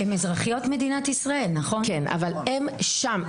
הן אזרחיות מדינת ישראל אבל הן שם.